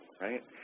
right